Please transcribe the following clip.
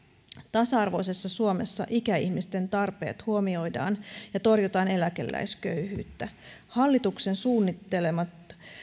tasa arvoisessa suomessa ikäihmisten tarpeet huomioidaan ja torjutaan eläkeläisköyhyyttä hallituksen suunnittelemat